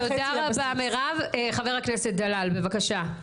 תודה רבה מירב, חבר הכנסת דלל, בבקשה.